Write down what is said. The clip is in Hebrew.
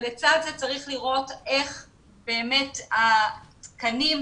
לצד זה, צריך לראות איך התקנים מאוישים.